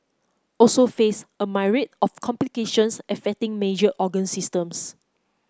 also face a myriad of complications affecting major organ systems